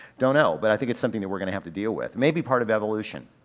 don't know. but i think it's something that we're gonna have to deal with. maybe part of evolution,